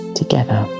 together